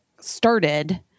started